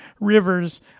Rivers